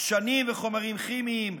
דשנים וחומרים כימיים,